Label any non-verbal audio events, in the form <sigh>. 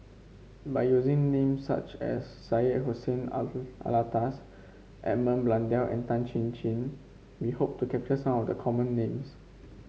by using names such as Syed Hussein <unintelligible> Alatas Edmund Blundell and Tan Chin Chin we hope to capture some of the common names